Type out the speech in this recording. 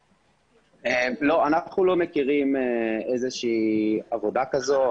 לא, אנחנו לא מכירים איזושהי עבודה כזאת.